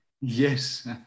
Yes